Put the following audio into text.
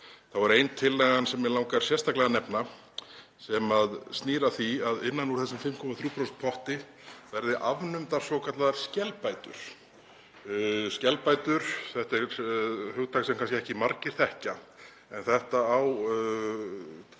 þá er ein tillaga sem mig langar sérstaklega að nefna sem snýr að því að innan úr þessum 5,3% potti verði afnumdar svokallaðar skelbætur. Skelbætur er hugtak sem kannski ekki margir þekkja. En þetta nær